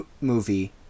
movie